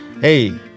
hey